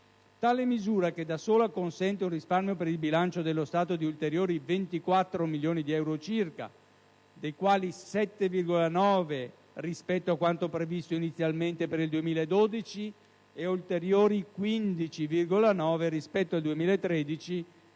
Tale misura - che da sola consente un risparmio per il bilancio dello Stato di ulteriori 24 milioni di euro circa, dei quali 7,9 milioni rispetto a quanto previsto inizialmente per il 2012 ed ulteriori 15,9 milioni rispetto al 2013